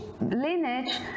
lineage